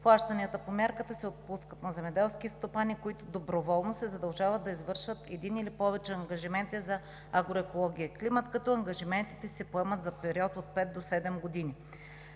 Плащанията по мярката се отпускат на земеделски стопани, които доброволно се задължават да извършат един или повече ангажименти за агроекология и климат, като ангажиментите се поемат за период от 5 до 7 години.